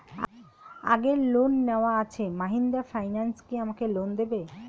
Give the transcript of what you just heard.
আগের লোন নেওয়া আছে মাহিন্দ্রা ফাইন্যান্স কি আমাকে লোন দেবে?